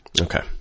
Okay